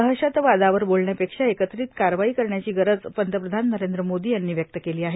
दहशतवादावर बोलण्यापेक्षा एकत्रित कारवाई करण्याची गरज पंतप्रधान नरेंद्र मोदी यांनी व्यक्त केली आहे